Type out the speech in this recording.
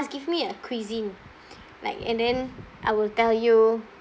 give me a cuisine like and then I will tell you